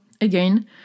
again